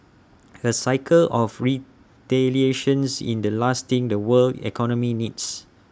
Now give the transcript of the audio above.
A cycle of retaliation is the last thing the world economy needs